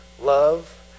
love